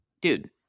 dude